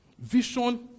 Vision